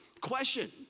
question